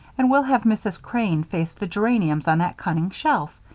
and we'll have mrs. crane face the geraniums on that cunning shelf.